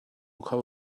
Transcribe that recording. kho